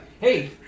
Hey